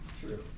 true